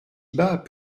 bas